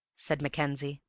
said mackenzie.